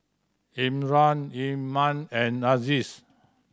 Imran Iman and Aziz